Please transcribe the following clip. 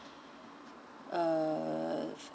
uh